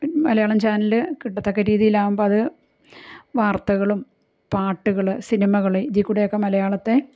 Malayalam channel കിട്ടത്തക്ക രീതിയില് ആകുമ്പോൾ അത് വാർത്തകളും പാട്ടുകളും സിനിമകളും ഇതിൽ കൂടെയൊക്കെ മലയാളത്തെ